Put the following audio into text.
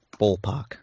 Ballpark